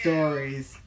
Stories